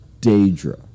Daedra